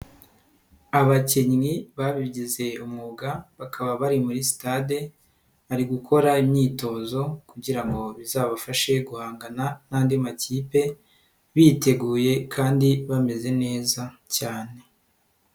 Abakinnyi babigize umwuga bakaba bari muri sitade, bari gukora imyitozo kugirango ngo bizabafashe guhangana n'andi makipe, biteguye kandi bameze neza cyane.